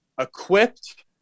equipped